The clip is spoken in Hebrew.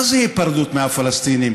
מה זה היפרדות מהפלסטינים?